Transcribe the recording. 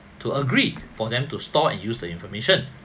to agree for them to store and use the information